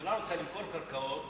שהממשלה רוצה למכור קרקעות